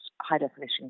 high-definition